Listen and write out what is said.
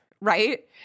right